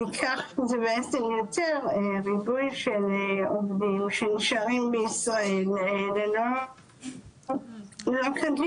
כך זה בעצם יוצר ריבוי עובדים שנשארים בישראל שלא כדין.